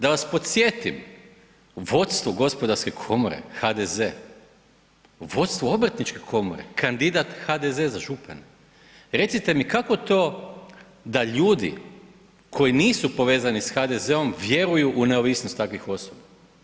Da vas podsjetim, vodstvo gospodarske komore, HDZ, vodstvo obrtničke komore, kandidat HDZ-a za župana, recite mi kako to da ljudi koji nisu povezani sa HDZ-om, vjeruju u neovisnost takvih osoba.